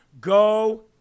go